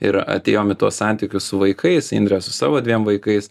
ir atėjom į tuos santykius su vaikais indrė su savo dviem vaikais